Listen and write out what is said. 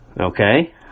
okay